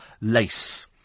Lace